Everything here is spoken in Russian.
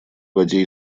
воде